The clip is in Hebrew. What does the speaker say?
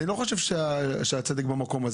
אני לא חושב שיש צדק בכך.